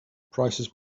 prices